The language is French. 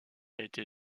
été